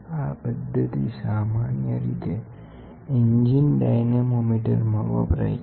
આ પદ્ધતિ સામાન્ય રીતે એન્જિન ડાયનેમોમીટર માં વપરાય છે